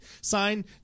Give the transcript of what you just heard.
sign